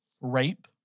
rape